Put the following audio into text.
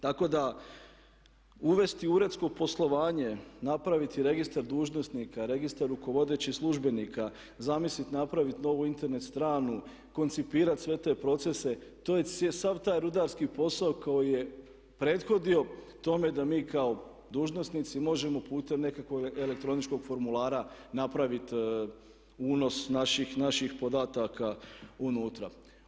Tako da uvesti uredsko poslovanje, napraviti registar dužnosnika, registar rukovodećih službenika, zamisliti napraviti novu Internet stranicu, koncipirati sve te procese, to je, sav taj rudarski posao koji je prethodio tome da mi kao dužnosnici možemo putem nekakvog elektroničkog formulara napraviti unos naših podataka unutra.